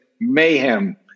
mayhem